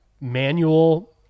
manual